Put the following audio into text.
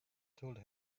told